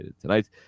tonight